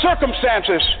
circumstances